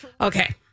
Okay